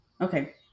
okay